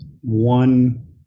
one